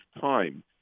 time